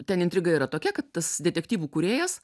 ten intriga yra tokia kad tas detektyvų kūrėjas